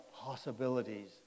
possibilities